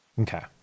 Okay